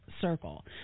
circle